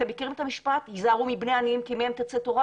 אתם מכירים את המשפט "היזהרו מבני עניים כי מהם תצא תורה"?